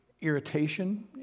irritation